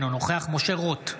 אינו נוכח משה רוט,